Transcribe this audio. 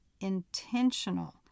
intentional